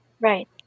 Right